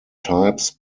types